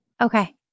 Okay